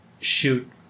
shoot